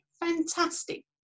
fantastic